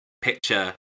picture